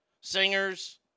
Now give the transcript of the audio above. singers